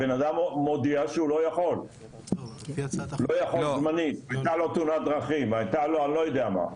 הבנאדם מודיע שהוא לא יכול זמנית הייתה לו תאונת דרכים אני לא יודע מה.